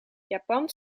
japan